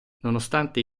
nonostante